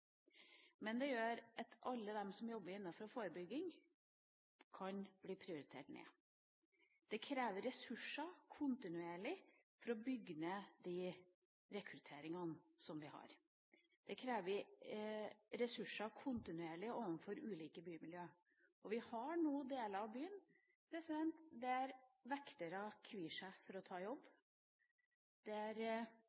Men det gjør at alle de som jobber innenfor forebygging, kan bli prioritert ned. Det krever ressurser kontinuerlig for å bygge ned de rekrutteringene vi har. Det krever ressurser kontinuerlig overfor ulike bymiljø. Vi har nå deler av byen der vektere kvir seg for å ta jobb,